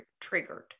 triggered